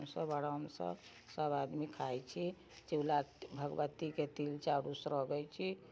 हमसब आरामसँसब आदमी खाइ छी भगवतीके तिल चाउर उसरगै छी